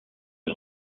est